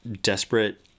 desperate